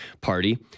party